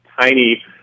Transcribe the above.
tiny